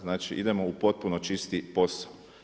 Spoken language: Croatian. Znači idemo u potpuno čisti posao.